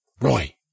Roy